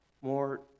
more